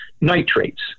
nitrates